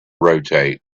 rotate